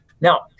Now